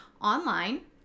online